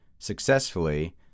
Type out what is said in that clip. successfully